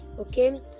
okay